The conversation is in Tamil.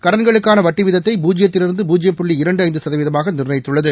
கடன்களுக்காள வட்டி வீதத்தை பூஜ்யத்திலிருந்து பூஜ்யம் புள்ளி இரண்டு ஐந்து சதவீதமாக நிர்ணயித்துள்ளது